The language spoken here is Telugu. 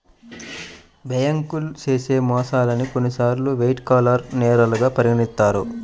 బ్యేంకులు చేసే మోసాల్ని కొన్నిసార్లు వైట్ కాలర్ నేరాలుగా పరిగణిత్తారు